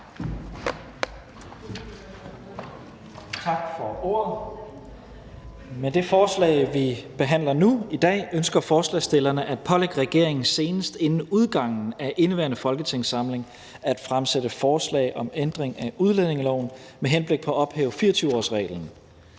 Tak for ordet. Med det forslag, vi behandler nu i dag, ønsker forslagsstillerne at pålægge regeringen senest inden udgangen af indeværende folketingssamling at fremsætte forslag om ændring af udlændingeloven med henblik på at ophæve 24-årsreglen.